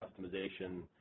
customization